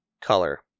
color